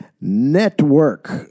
Network